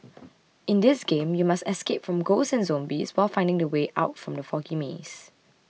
in this game you must escape from ghosts and zombies while finding the way out from the foggy maze